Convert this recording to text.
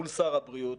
מול השר הבריאות.